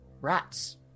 rats